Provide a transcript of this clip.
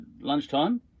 lunchtime